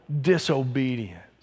disobedience